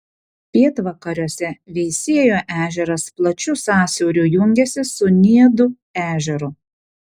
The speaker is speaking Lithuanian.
pietvakariuose veisiejo ežeras plačiu sąsiauriu jungiasi su niedų ežeru